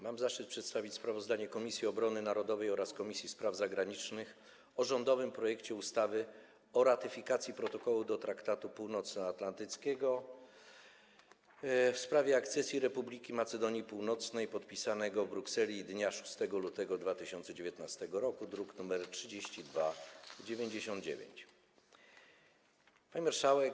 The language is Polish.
Mam zaszczyt przedstawić sprawozdanie Komisji Obrony Narodowej oraz Komisji Spraw Zagranicznych o rządowym projekcie ustawy o ratyfikacji Protokołu do Traktatu Północnoatlantyckiego w sprawie akcesji Republiki Macedonii Północnej, podpisanego w Brukseli dnia 6 lutego 2019 r., druk nr 3299. Pani Marszałek!